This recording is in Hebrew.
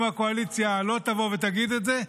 אם הקואליציה לא תבוא ותגיד את זה,